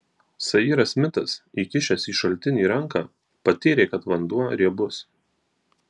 sairas smitas įkišęs į šaltinį ranką patyrė kad vanduo riebus